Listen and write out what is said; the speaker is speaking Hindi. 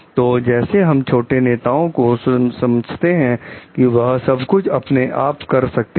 तो जैसे हम छोटे नेताओं को समझते हैं कि वह सब कुछ अपने आप कर सकते हैं